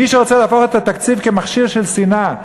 מי שרוצה להפוך את התקציב למכשיר של שנאה,